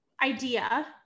idea